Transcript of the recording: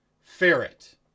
ferret